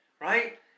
right